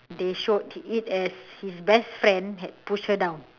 they showed it at his best friend had pushed her down